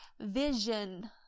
vision